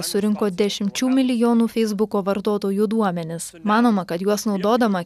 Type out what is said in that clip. surinko dešimčių milijonų feisbuko vartotojų duomenis manoma kad juos naudodama